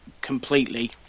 completely